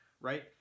right